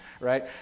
right